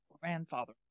grandfather